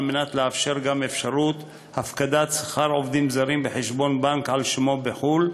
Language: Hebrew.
על מנת לאפשר גם אפשרות הפקדת שכר עובדים זרים בחשבון בנק על שמם בחו"ל,